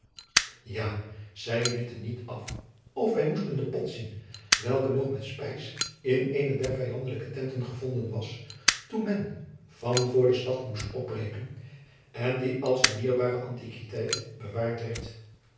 ja zij lieten niet af of wij moesten den pot zien welke nog met spijs in eene der vijandelijke tenten gevonden was toen men van voor de stad moest opbreken en die als een dierbaare antiquiteit bewaard